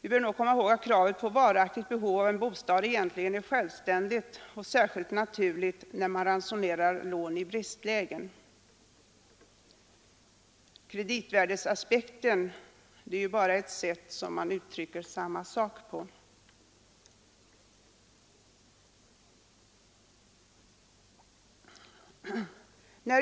Vi bör då komma ihåg att kravet på en varaktig bostad egentligen är självständigt och särskilt naturligt när man ransonerar lån i bristlägen. Kreditvärdesaspekten innebär ju bara ett annat sätt att uttrycka samma sak.